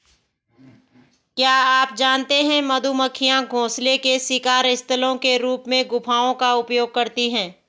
क्या आप जानते है मधुमक्खियां घोंसले के शिकार स्थलों के रूप में गुफाओं का उपयोग करती है?